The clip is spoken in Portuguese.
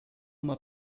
uma